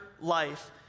life